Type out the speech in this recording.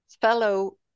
fellow